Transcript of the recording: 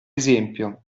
esempio